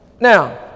Now